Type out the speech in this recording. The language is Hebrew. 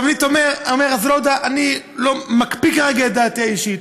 אני מקפיא כרגע את דעתי האישית,